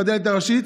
בדלת הראשית.